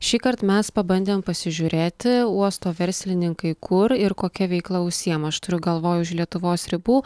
šįkart mes pabandėm pasižiūrėti uosto verslininkai kur ir kokia veikla užsiima aš turiu galvoj už lietuvos ribų